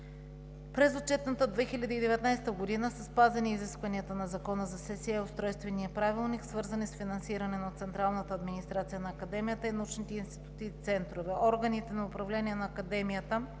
През отчетната 2019 г. са спазени изискванията на Закона за Селскостопанската академия и Устройствения правилник, свързани с финансиране на централната администрация на Академията и научните институти и центрове. Органите на управление на Академията